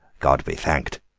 god be thanked.